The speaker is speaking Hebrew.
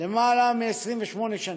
למעלה מ-28 שנים,